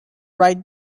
write